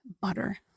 butter